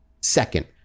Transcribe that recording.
second